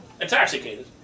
intoxicated